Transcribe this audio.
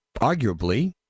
arguably